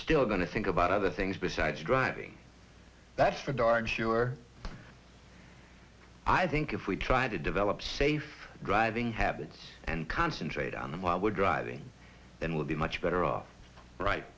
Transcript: still going to think about other things besides driving that's for darn sure i think if we try to develop safe driving habits and concentrate on them while we're driving then we'll be much better off right